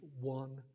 one